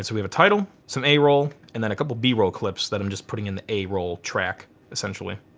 so we have a title, some a roll, and then a couple b roll clips that i'm just putting in the a roll track essentially.